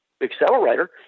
accelerator